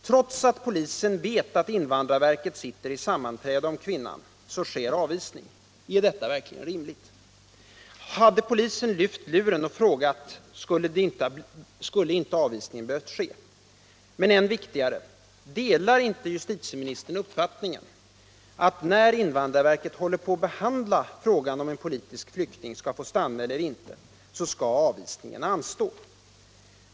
Trots att polisen vet att invandrarverket sitter i sammanträde om kvinnan sker avvisningen. Är detta verkligen rimligt? Hade polisen lyft luren och frågat hur det skulle bli hade inte avvisningen behövt ske. Men än viktigare: Delar inte justitieministern uppfattningen att när invandrarverket håller på att behandla frågan om en politisk flykting skall få stanna eller inte skall avvisning anstå?